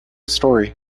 story